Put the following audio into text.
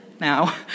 now